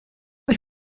oes